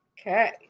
Okay